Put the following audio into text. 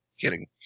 Kidding